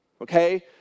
okay